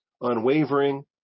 Unwavering